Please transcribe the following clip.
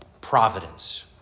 providence